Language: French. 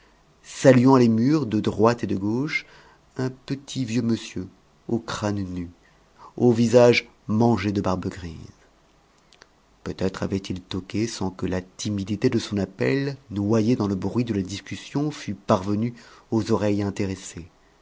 saluant les murs de droite et de gauche un petit vieux monsieur au crâne nu au visage mangé de barbe grise peut-être avait-il toqué sans que la timidité de son appel noyé dans le bruit de la discussion fût parvenu aux oreilles intéressées